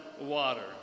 water